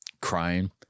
Crying